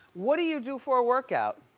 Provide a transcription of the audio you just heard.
what do you do for a workout?